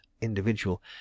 individual